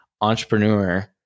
entrepreneur